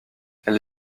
elle